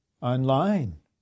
online